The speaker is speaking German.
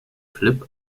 flip